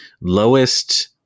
lowest